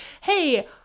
Hey